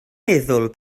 meddwl